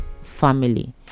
family